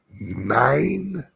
Nine